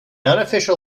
unofficial